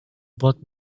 both